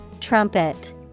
Trumpet